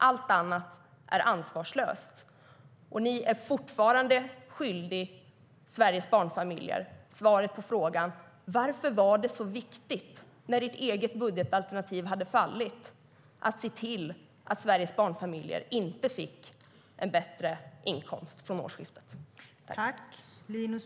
Allt annat är ansvarslöst.